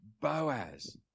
Boaz